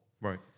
Right